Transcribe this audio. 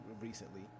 recently